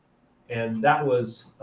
and that was